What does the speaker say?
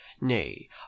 nay